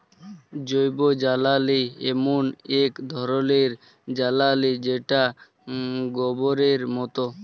জৈবজ্বালালি এমল এক ধরলের জ্বালালিযেটা গবরের মত